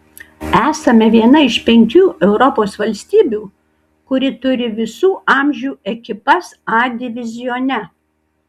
esame viena iš penkių europos valstybių kuri turi visų amžių ekipas a divizione